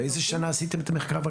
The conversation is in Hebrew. באיזו שנה עשיתם את המחקר?